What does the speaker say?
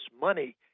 money